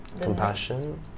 compassion